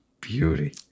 beauty